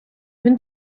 він